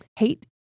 Hate